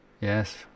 Yes